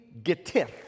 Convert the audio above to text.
getith